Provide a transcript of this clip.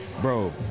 bro